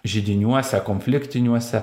židiniuose konfliktiniuose